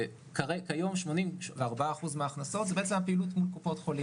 כיום 84% מההכנסות זה הפעילות מול קופות החולים.